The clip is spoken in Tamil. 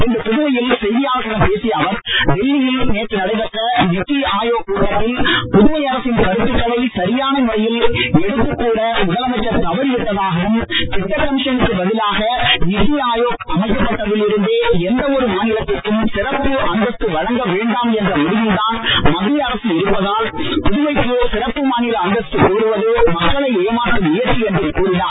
இன்று புதுவையில் செய்தியாளர்களிடம் பேசிய அவர் டெல்லியில் நேற்று நடைபெற்ற நீத்தி ஆயோக் கூட்டத்தில் புதுவை அரசின் கருத்துக்களை சரியான முறையில் எடுத்துக் கூற முதலமைச்சர் தவறி விட்டதாகவும் திட்ட கமிஷனுக்கு பதிலாக நீத்தி ஆயோக் அமைக்கப்பட்டதில் இருந்தே எந்த ஒரு மாநிலத்திற்கும் சிறப்பு அந்தஸ்து வழங்க வேண்டாம் என்ற முடிவில்தான் மத்திய அரசு இருப்பதால் புதுவைக்கு சிறப்பு மாநில அஸ்தஸ்து கோருவது மக்கனை ஏமாற்றும் முயற்சி என்றும் கூறினார்